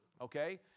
okay